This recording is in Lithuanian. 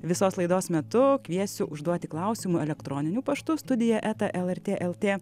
visos laidos metu kviesiu užduoti klausimų elektroniniu paštu studija eta lrt lt